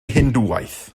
hindŵaeth